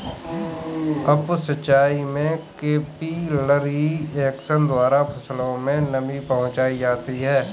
up सिचाई में capillary action द्वारा फसलों में नमी पहुंचाई जाती है